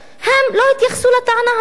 הם לא התייחסו לטענה הזאת.